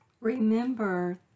Remember